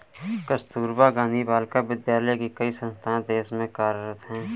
कस्तूरबा गाँधी बालिका विद्यालय की कई संस्थाएं देश में कार्यरत हैं